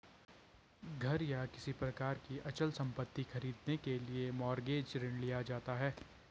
घर या किसी प्रकार की अचल संपत्ति खरीदने के लिए मॉरगेज ऋण लिया जाता है